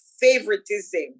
favoritism